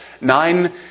Nine